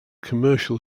commercial